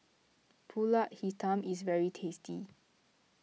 Pulut Hitam is very tasty